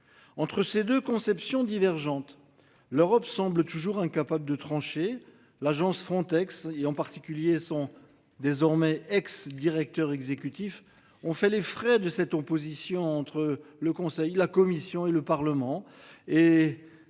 entre ces 2 conceptions divergentes. L'Europe semble toujours incapable de trancher. L'agence Frontex et en particulier son désormais ex-directeur exécutif ont fait les frais de cette opposition entre le Conseil, la Commission et le Parlement